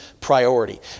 priority